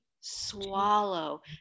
swallow